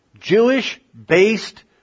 Jewish-based